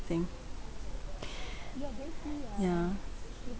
thing ya